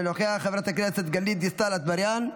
אינו נוכח, חברת הכנסת טטיאנה מזרסקי,